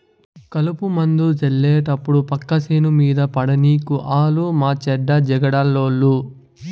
కలుపుమందు జళ్లేటప్పుడు పక్క సేను మీద పడనీకు ఆలు మాచెడ్డ జగడాలోళ్ళు